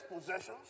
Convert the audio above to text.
possessions